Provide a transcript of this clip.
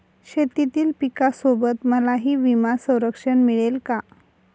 शेतीतील पिकासोबत मलाही विमा संरक्षण मिळेल का?